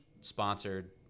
sponsored